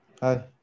Hi